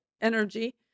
energy